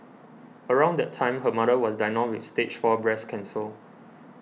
around that time her mother was diagnosed with Stage Four breast cancer